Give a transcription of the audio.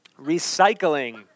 Recycling